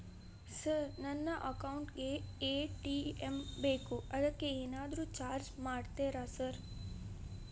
Sir ನನ್ನ account ಗೇ ATM ಬೇಕು ಅದಕ್ಕ ಏನಾದ್ರು ಚಾರ್ಜ್ ಮಾಡ್ತೇರಾ ಸರ್?